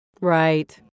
Right